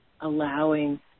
allowing